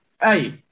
Hey